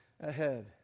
ahead